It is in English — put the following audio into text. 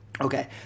Okay